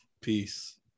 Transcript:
peace